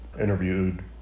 interviewed